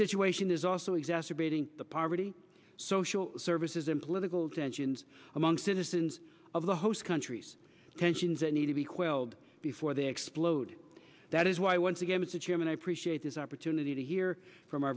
situation is also exacerbating the poverty social services and political tensions among citizens of the host countries tensions that need to be quelled before they explode that is why once again mr chairman i appreciate this opportunity to hear from